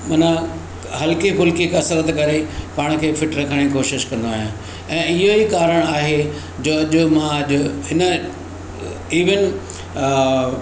माना हलके फुलके कसरत करे पाण खे फिट रखणु ई कोशिशि कंदो आहियां ऐं इहो ई कारणु आहे जो जो मां अॼु इन इवन